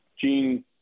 Gene